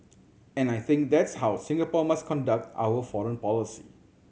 and I think that's how Singapore must conduct our foreign policy